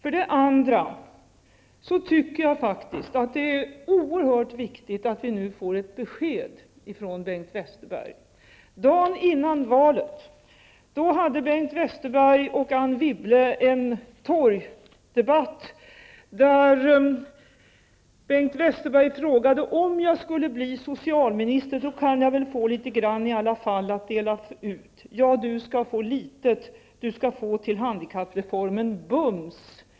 Sedan tycker jag också att det är oerhört viktigt att vi får ett besked från Bengt Westerberg. Dagen före valet hade Bengt Westerberg och Anne Wibble en torgdebatt. Bengt Westerberg frågade om han, om han skulle bli socialminister, ändå inte kunde få litet grand att dela ut. Svaret blev att han skulle få litet -- han skulle bums få till handikappreformen.